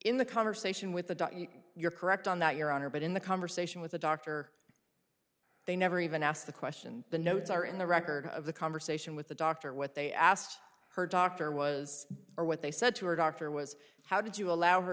in the conversation with the doc you you're correct on that your honor but in the conversation with the doctor they never even asked the question the notes are in the record of the conversation with the doctor what they asked her doctor was or what they said to her doctor was how did you allow her